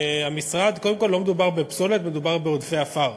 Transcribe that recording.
קודם כול לא מדובר בפסולת, מדובר בעודפי עפר.